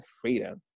freedom